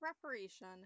preparation